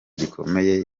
gikomeye